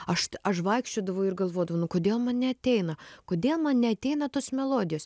aš aš vaikščiodavau ir galvodavau nu kodėl man neateina kodėl man neateina tos melodijos